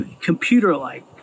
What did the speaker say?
computer-like